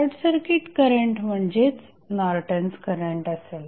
short circuit current म्हणजेच Norton's current असेल